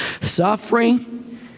Suffering